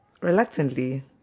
reluctantly